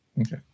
Okay